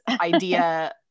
idea